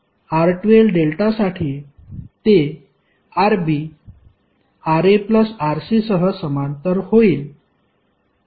आणि R12 डेल्टासाठी ते Rb Ra Rc सह समांतर होईल